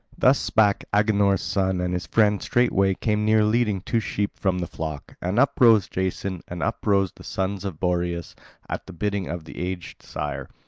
thus spake agenor's son and his friend straightway came near leading two sheep from the flock. and up rose jason and up rose the sons of boreas at the bidding of the aged sire.